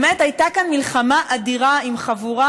באמת הייתה כאן מלחמה אדירה עם חבורה,